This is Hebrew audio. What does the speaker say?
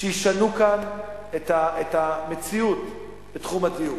שישנו כאן את המציאות בתחום הדיור.